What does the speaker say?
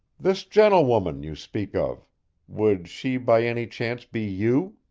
this gentlewoman you speak of would she by any chance be you?